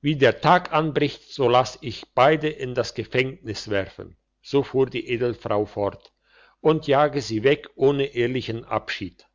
wie der tag anbricht lass ich beide in das gefängnis werfen so fuhr die edelfrau fort und jage sie weg ohne ehrlichen abschied